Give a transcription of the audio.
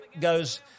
goes